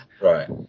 Right